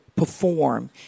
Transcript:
perform